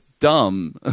dumb